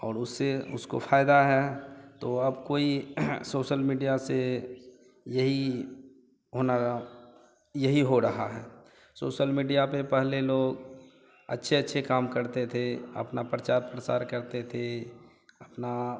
और उससे उसको फ़ायदा है तो आप कोई सोसल मीडिया से यही होना यही हो रहा है सोसल मीडिया पर पहले लोग अच्छे अच्छे काम करते थे अपना प्रचार प्रसार करते थे अपना